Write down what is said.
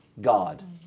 God